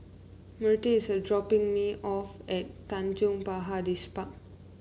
Myrtle is dropping me off at Tanjong Pagar Distripark